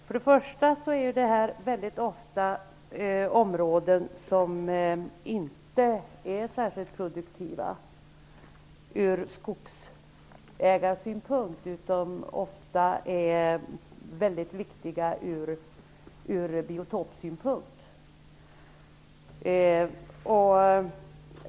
Väldigt ofta rör det områden som inte är särskilt produktiva ur skogsägarsynpunkt, men som är viktiga ur biotopsynpunkt.